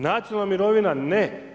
Nacionalna mirovina, ne.